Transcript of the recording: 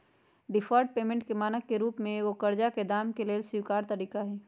deferred payment के मानक के रूप में एगो करजा के दाम के लेल स्वीकार तरिका हइ